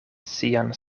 sian